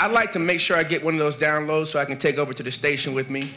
i'd like to make sure i get one of those down bows so i can take over to the station with me